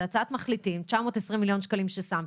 אין תקציבים שם.